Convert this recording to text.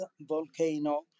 volcano